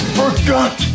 forgot